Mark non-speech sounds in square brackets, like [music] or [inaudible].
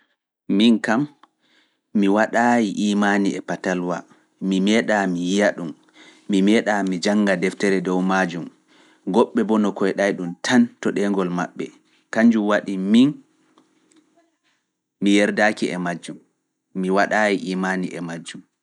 Min kam, mi waɗaayi iimaani e Patalwa, mi meeɗa mi yiya ɗum, mi meeɗa mi jannga deftere dow maajum. Goɗɓe boo no koyɗay ɗum tan to ɗeengol maɓɓe, [noise] kanjum waɗi min mi yerdaaki e majjum, mi waɗaayi iimaani e majjum.